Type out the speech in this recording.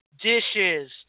dishes